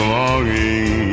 longing